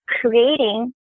creating